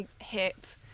hit